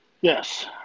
Yes